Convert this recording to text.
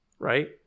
Right